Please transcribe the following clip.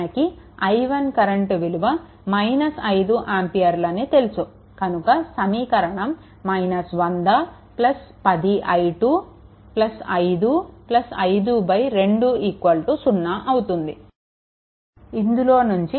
మనకి i1 current విలువ 5 ఆంపియర్లు అని తెలుసు కనుక సమీకరణం 100 10 i2 5 5 2 0 అవుతుంది ఇందులో నుంచి i2 కరెంట్ విలువ కనుక్కోవాలి